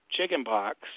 chickenpox